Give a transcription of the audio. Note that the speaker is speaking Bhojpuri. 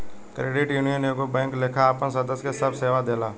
क्रेडिट यूनियन एगो बैंक लेखा आपन सदस्य के सभ सेवा देला